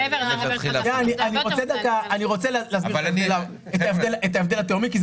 אני רוצה להסביר את ההבדל התהומי כי זה